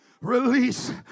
Release